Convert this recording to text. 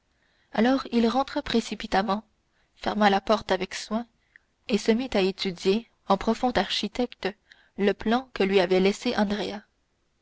alors il rentra précipitamment ferma la porte avec soin et se mit à étudier en profond architecte le plan que lui avait laissé